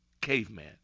Caveman